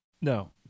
No